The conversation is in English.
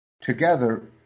Together